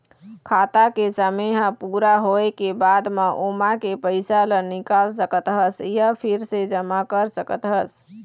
खाता के समे ह पूरा होए के बाद म ओमा के पइसा ल निकाल सकत हस य फिर से जमा कर सकत हस